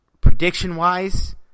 Prediction-wise